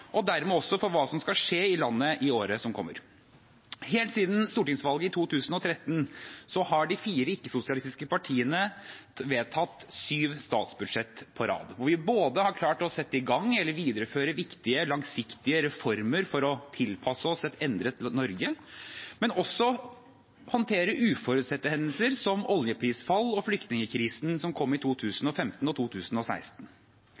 og dermed også for hva som skal skje i landet i året som kommer. Siden stortingsvalget i 2013 har de fire ikke-sosialistiske partiene vedtatt syv statsbudsjetter på rad, hvor vi har klart både å sette i gang eller videreføre viktige, langsiktige reformer for å tilpasse oss et endret Norge, og også håndtere uforutsette hendelser som oljeprisfall og flyktningkrisen, som kom i